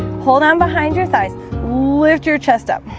hold on behind your thighs lift your chest up